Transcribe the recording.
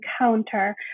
encounter